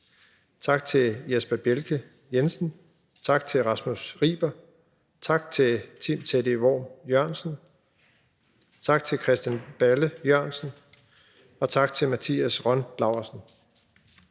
Tak til Jesper Bjelke Jensen. Tak til Rasmus Riber. Tak til Tim Teddy Worm Jørgensen. Tak til Christian Balle Jørgensen. Og tak til Mathias Rønn Laursen.